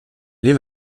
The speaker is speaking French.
les